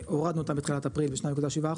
הורדנו אותם בתחילת אפריל 2.7%,